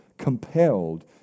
compelled